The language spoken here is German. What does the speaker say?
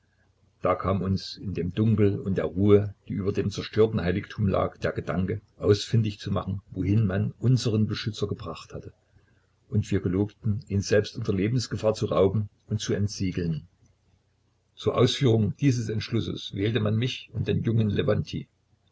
da kam uns in dem dunkel und der ruhe die über dem zerstörten heiligtum lag der gedanke ausfindig zu machen wohin man unseren beschützer gebracht hatte und wir gelobten ihn selbst unter lebensgefahr zu rauben und zu entsiegeln zur ausführung dieses entschlusses wählte man mich und den jungen